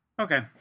okay